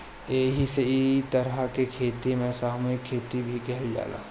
एही से इ तरह के खेती के सामूहिक खेती भी कहल जाला